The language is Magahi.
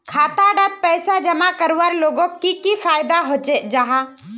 खाता डात पैसा जमा करवार लोगोक की फायदा जाहा?